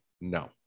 no